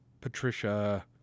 Patricia